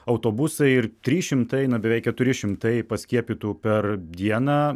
autobusai ir trys šimtai na beveik keturi šimtai paskiepytų per dieną